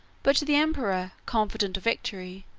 but the emperor, confident of victory,